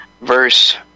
verse